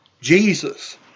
Jesus